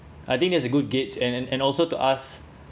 I think there is a good gates and and also to ask